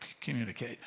communicate